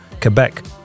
Quebec